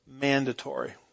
mandatory